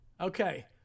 Okay